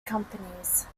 companies